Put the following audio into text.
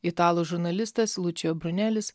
italų žurnalistas lučio brunelis